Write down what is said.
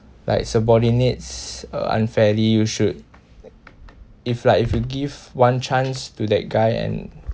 like subordinates uh unfairly you should if like if you give one chance to that guy and